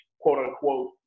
quote-unquote